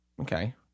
okay